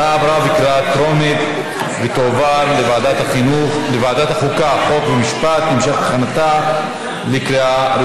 התשע"ח 2018, לוועדה שתקבע ועדת הכנסת נתקבלה.